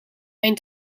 mijn